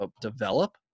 develop